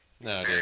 No